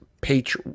page